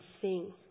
sing